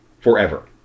forever